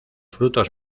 frutos